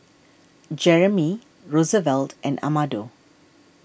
Jeramie Rosevelt and Amado